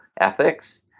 ethics